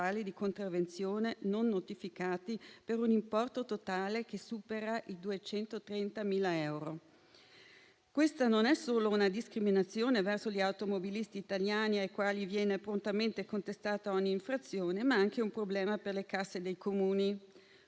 di contravvenzione non notificati, per un importo totale che supera i 230.000 euro. Questa non è solo una discriminazione verso gli automobilisti italiani ai quali viene prontamente contestata ogni infrazione, ma è anche un problema per le casse dei Comuni.